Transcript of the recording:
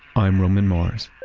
i'm roman mars